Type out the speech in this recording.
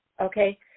okay